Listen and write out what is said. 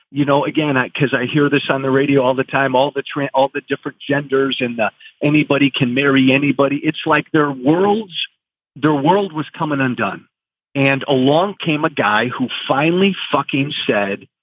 you know, again, i cause i hear this on the radio all the time, all the time and all the different genders, and the. anybody can marry anybody. it's like their worlds their world was coming undone and along came a guy who finally fucking said,